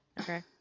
Okay